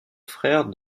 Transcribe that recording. frère